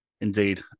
Indeed